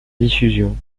diffusion